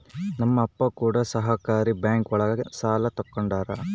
ನಮ್ ಅಪ್ಪ ಕೂಡ ಸಹಕಾರಿ ಬ್ಯಾಂಕ್ ಒಳಗ ಸಾಲ ತಗೊಂಡಾರ